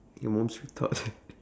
it won't shut up